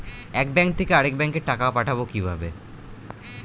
এক ব্যাংক থেকে আরেক ব্যাংকে টাকা পাঠাবো কিভাবে?